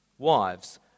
Wives